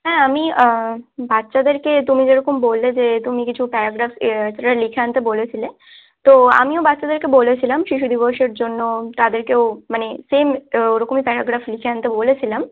হ্যাঁ আমি বাচ্চাদেরকে তুমি যেরকম বললে যে তুমি কিছু প্যারাগ্রাফ সেটা লিখে আনতে বলেছিলে তো আমিও বাচ্চাদেরকে বলেছিলাম শিশু দিবসের জন্য তাদেরকেও মানে সেম ওরকমই প্যারাগ্রাফ লিখে আনতে বলেছিলাম